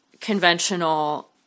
conventional